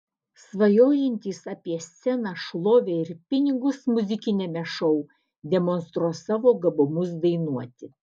svajojantys apie sceną šlovę ir pinigus muzikiniame šou demonstruos savo gabumus dainuoti